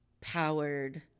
powered